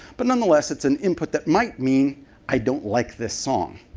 but nonetheless, it's an input that might mean i don't like this song.